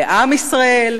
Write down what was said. לעם ישראל,